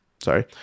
sorry